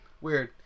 Weird